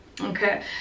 okay